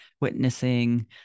witnessing